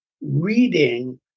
reading